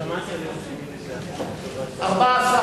סעיף 1 נתקבל.